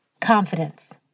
Confidence